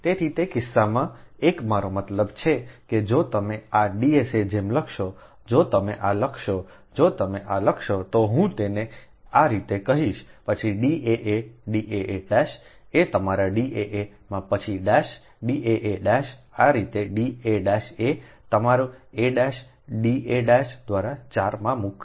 તેથી તે કિસ્સામાં એક મારો મતલબ છે કે જો તમે આ Dsa જેમ લખશો જો તમે આ લખશો તો હું તેને આ રીતે કહીશ પછી daa daa' એ તમારા daa માં પછી daa' આ રીતે da'a તમારા a'da'દ્વારા 4 માં મૂકી